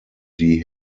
die